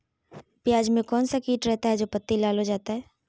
प्याज में कौन सा किट रहता है? जो पत्ती लाल हो जाता हैं